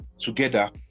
together